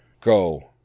go